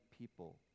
people